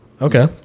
okay